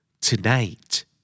Tonight